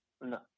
No